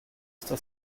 sta